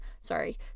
Sorry